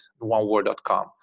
oneworld.com